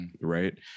right